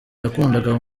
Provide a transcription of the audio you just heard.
yakundaga